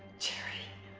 jerry!